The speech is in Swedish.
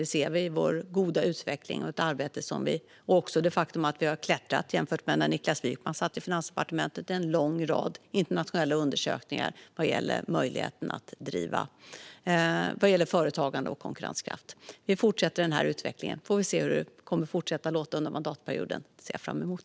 Det ser vi i vår goda utveckling och också i det faktum att vi har klättrat i en lång rad internationella undersökningar gällande företagande och konkurrenskraft jämfört med när Niklas Wykman satt i Finansdepartementet. Vi fortsätter denna utveckling, och så får vi se hur det låter fortsatt under mandatperioden. Det ser jag fram emot!